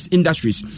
Industries